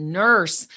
nurse